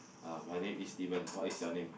uh my name is Steven what is your name